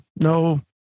no